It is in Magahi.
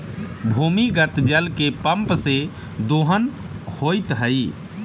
भूमिगत जल के पम्प से दोहन होइत हई